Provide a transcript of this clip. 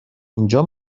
اینجا